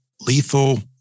lethal